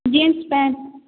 jeans pant